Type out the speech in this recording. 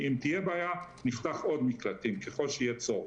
אם תהיה בעיה, נפתח עוד מקלטים ככל שיהיה צורך.